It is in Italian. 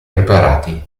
preparati